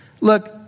Look